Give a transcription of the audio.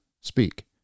speak